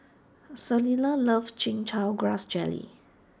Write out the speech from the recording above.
Selina loves Chin Chow Grass Jelly